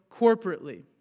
corporately